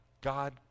God